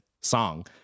song